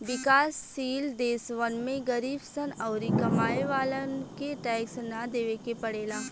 विकाश शील देशवन में गरीब सन अउरी कमाए वालन के टैक्स ना देवे के पड़ेला